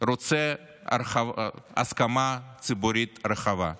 רוצים הסכמה ציבורית רחבה.